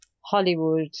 Hollywood